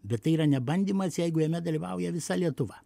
bet tai yra ne bandymas jeigu jame dalyvauja visa lietuva